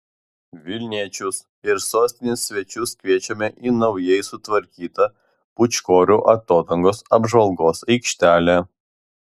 vilniečius ir sostinės svečius kviečiame į naujai sutvarkytą pūčkorių atodangos apžvalgos aikštelę